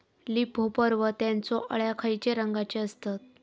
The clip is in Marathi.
लीप होपर व त्यानचो अळ्या खैचे रंगाचे असतत?